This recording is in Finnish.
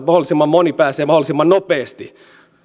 mahdollisimman moni pääsee mahdollisimman nopeasti